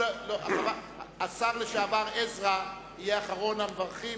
השר לשעבר עזרא יהיה אחרון המברכים,